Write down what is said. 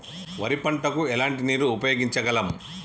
వరి పంట కు ఎలాంటి నీరు ఉపయోగించగలం?